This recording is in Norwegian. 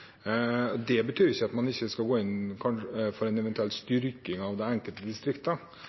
Det betyr ikke at man ikke skal gå inn for en eventuell styrking av de enkelte distriktene, men jeg tror det